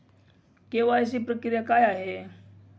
KYC प्रक्रिया काय आहे?